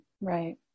Right